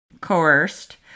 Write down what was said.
coerced